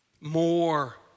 More